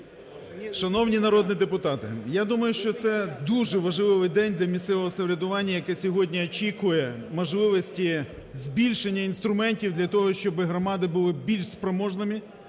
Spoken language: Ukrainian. Шановні народні депутати, я думаю, що це дуже важливий день для місцевого самоврядування, яке сьогодні очікує можливості збільшення інструментів для того, щоб громади були більш спроможними,